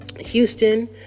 Houston